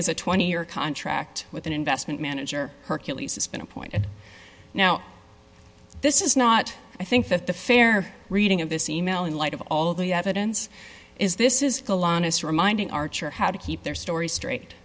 is a twenty year contract with an investment manager hercules has been appointed now this is not i think that the fair reading of this e mail in light of all of the evidence is this is the line is reminding archer how to keep their story str